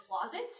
closet